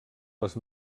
les